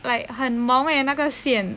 like 很蒙 eh 那个线